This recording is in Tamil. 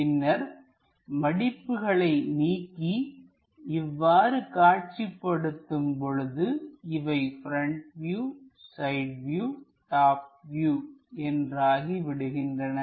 பின்னர் மடிப்புகளை நீக்கி இவ்வாறு காட்சிப்படுத்தும் பொழுது இவை front view side view top view என்றாகி விடுகின்றன